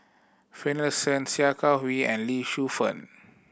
Finlayson Sia Kah Hui and Lee Shu Fen